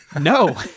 No